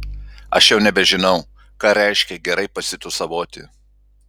aš jau nebežinau ką reiškia gerai pasitūsavoti